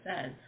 says